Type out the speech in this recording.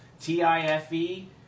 T-I-F-E